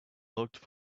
looked